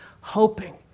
hoping